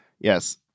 Yes